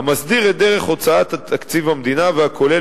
המסדיר את דרך הוצאת תקציב המדינה והכולל